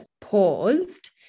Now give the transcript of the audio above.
paused